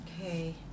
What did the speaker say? Okay